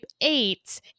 eight